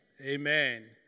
Amen